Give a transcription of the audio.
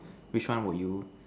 which one would you